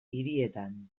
hirietan